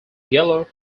yellow